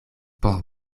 por